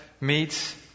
meets